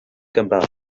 gymraeg